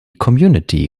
community